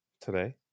today